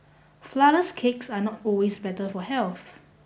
flourless cakes are not always better for health